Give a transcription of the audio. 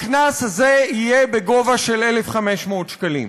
הקנס הזה יהיה בגובה של 1,500 שקלים.